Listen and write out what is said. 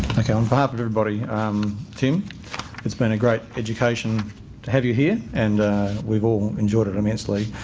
okay on behalf of everybody um tim it's been a great education to have you here and we've all enjoyed it immensely.